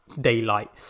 daylight